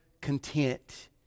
content